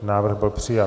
Návrh byl přijat.